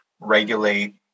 regulate